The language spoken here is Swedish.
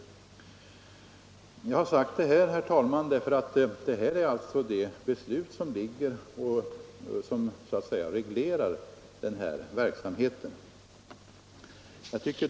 Jag har sagt detta, herr talman, därför att det är det beslutet som reglerar den här verksamheten.